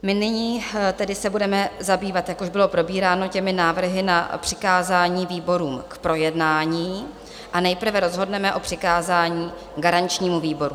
My se nyní tedy budeme zabývat, jak už bylo probíráno, návrhy na přikázání výborům k projednání, a nejprve rozhodneme o přikázání garančnímu výboru.